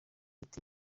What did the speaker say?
ati